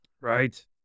Right